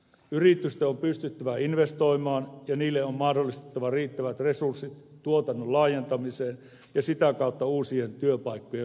yritysten on pystyttävä investoimaan ja niille on mahdollistettava riittävät resurssit tuotannon laajentamiseen ja sitä kautta uusien työpaikkojen luomiseen